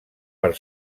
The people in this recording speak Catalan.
per